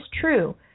true